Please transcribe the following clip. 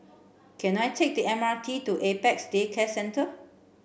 can I take the M R T to Apex Day Care Centre